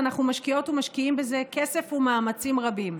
ואנחנו משקיעות ומשקיעים בזה כסף ומאמצים רבים.